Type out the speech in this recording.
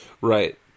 Right